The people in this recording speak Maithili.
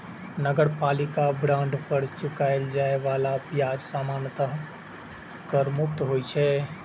नगरपालिका बांड पर चुकाएल जाए बला ब्याज सामान्यतः कर मुक्त होइ छै